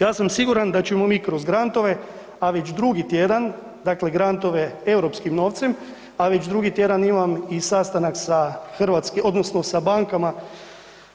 Ja sam siguran da ćemo mi grantove, a već drugi tjedan dakle grantove europskim novcem, a već drugi tjedan imam i sastanak sa hrvatskim odnosno sa bankama